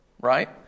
right